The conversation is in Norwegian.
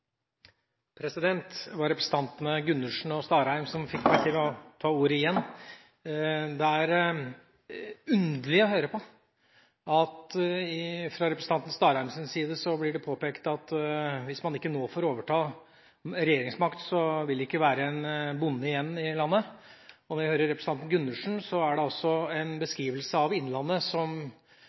distrikta. Det var representantene Gundersen og Starheim som fikk meg til å ta ordet igjen. Det er underlig å høre at det fra representanten Starheims side blir påpekt at hvis en ikke nå får overta regjeringsmakt, vil det ikke være en bonde igjen i landet. Og når jeg hører representanten Gundersen: Dette er en beskrivelse av innlandet